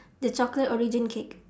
the chocolate origin cake